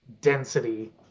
density